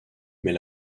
mais